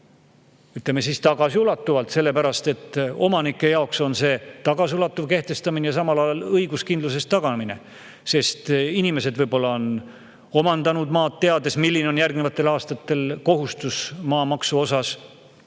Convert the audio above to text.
ütleme siis nii, tagasiulatuvalt. Sellepärast et omanike jaoks on see tagasiulatuv kehtestamine ja samal ajal õiguskindlusest taganemine, sest inimesed võib-olla on omandanud maad, teades, milline on järgnevatel aastatel maamaksukohustus.